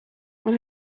when